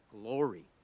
glory